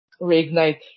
reignite